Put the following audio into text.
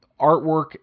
artwork